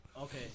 Okay